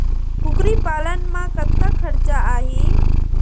कुकरी पालन म कतका खरचा आही?